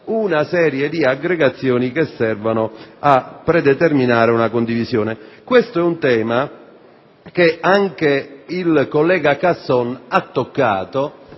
una serie di aggregazioni che servono a predeterminare una condivisione. Questo è un tema che è stato toccato